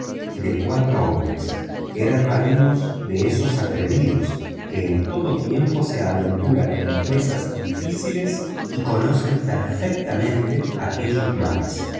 y de cuatro hombres eran marinos de esos atrevidos que en todos tiempos se aventuran en empresas difíciles y conocen perfectamente aquellos mares